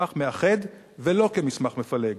כמסמך מאחד ולא כמסמך מפלג.